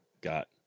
got